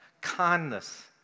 kindness